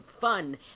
fun